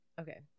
Okay